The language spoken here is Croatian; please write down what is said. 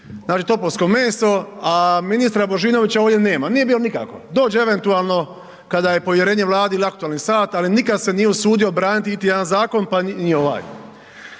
vi topovsko meso, a ministra Božinovića ovdje nema, nije bio nikako. Dođe eventualno kada je povjerenje Vladi ili aktualni sat, ali nikad se nije usudio braniti iti jedan zakon pa ni ovaj.